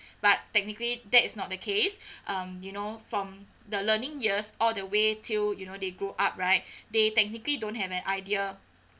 but technically that is not the case um you know from the learning years all the way till you know they grow up right they technically don't have an idea